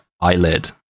eyelid